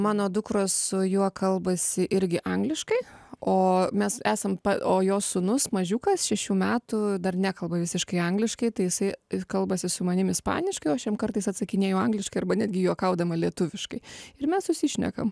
mano dukros su juo kalbasi irgi angliškai o mes esam pa o jo sūnus mažiukas šešių metų dar nekalba visiškai an angliškai tai jisai kalbasi su manim ispaniškai o aš jam kartais atsakinėju angliškai arba netgi juokaudama lietuviškai ir mes susišnekam